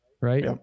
Right